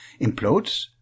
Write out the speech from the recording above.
implodes